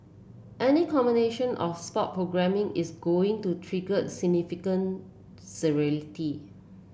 any combination of sport programming is going to trigger significant